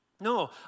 No